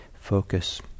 focus